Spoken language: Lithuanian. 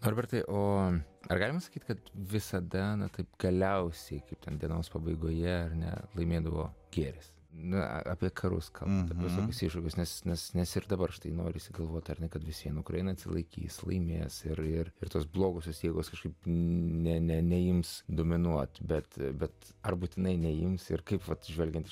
ar vartai o man ar galime sakyti kad visada taip galiausiai kitiems dienos pabaigoje ar ne laimėdavo gėris na apie karus kam mums iššūkius nes nes nes ir dabar štai norisi galvoti ar ne kad visi ukraina atsilaikys laimės ir ir ir tos blogosios jėgos kažkaip ne ne neims dominuoti bet bet ar būtinai neims ir kaip atsižvelgiant į